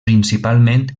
principalment